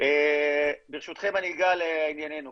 ברשותכם אני אגע לענייננו.